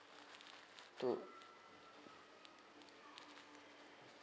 true